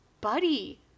buddy